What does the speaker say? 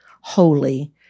holy